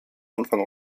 anfang